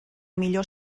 millor